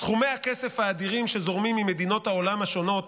סכומי הכסף האדירים שזורמים ממדינות העולם השונות,